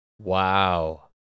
Wow